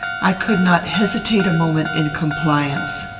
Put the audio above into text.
i could not hesitate a moment in compliance.